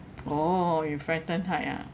oh you frighten height ah